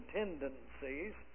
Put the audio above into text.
tendencies